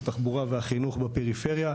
התחבורה והחינוך בפריפריה,